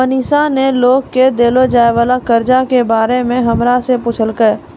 मनीषा ने लोग के देलो जाय वला कर्जा के बारे मे हमरा से पुछलकै